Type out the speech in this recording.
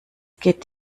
geht